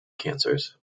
cancers